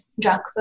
drunk